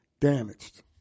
damaged